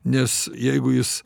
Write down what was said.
nes jeigu jis